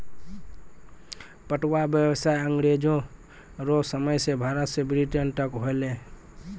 पटुआ व्यसाय अँग्रेजो रो समय से भारत से ब्रिटेन तक होलै